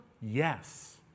Yes